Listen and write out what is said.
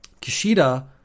Kishida